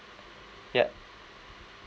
ya